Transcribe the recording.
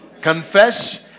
confess